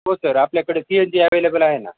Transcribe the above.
हो सर आपल्याकडे C N G available आहे ना